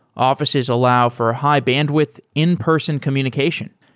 offi ces allow for high bandwidth in-person communication.